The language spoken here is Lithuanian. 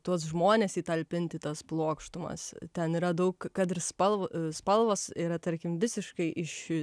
tuos žmones įtalpint į tas plokštumas ten yra daug kad ir spal spalvos yra tarkim visiškai iš